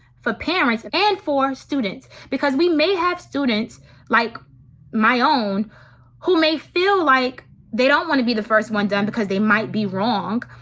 for parents, and for students. because we may have students like my own who may feel like they don't want to be the first one done because they might be wrong.